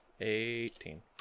Eighteen